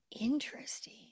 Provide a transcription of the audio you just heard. interesting